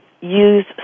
use